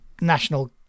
national